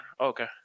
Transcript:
Okay